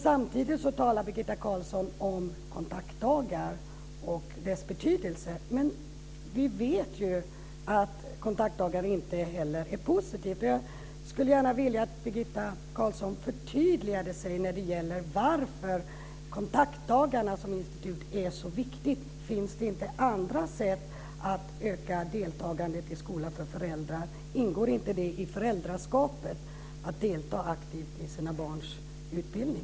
Samtidigt talar Birgitta Carlsson om kontaktdagarnas betydelse. Vi vet ju att kontaktdagarna inte bara är positiva. Jag skulle gärna vilja att Birgitta Carlsson förtydligade sig när det gäller varför kontaktdagarna är så viktiga som institut. Det finns väl andra sätt att öka deltagandet i skolan för föräldrarna? Ingår det inte i föräldraskapet att delta aktivt i sina barns utbildning?